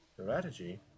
Strategy